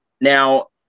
Now